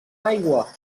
aigua